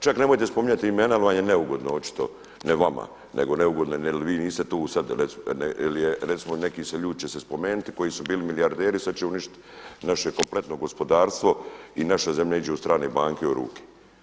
Čak nemojte ni spominjati imena jel vam je neugodno očito ne vama nego neugodno jel vi niste tu sada jel recimo neki ljudi će se spomenuti koji su bili milijarderi sada će uništiti naše kompletno gospodarstvo i naša zemlja iđe u strane banke u ruke.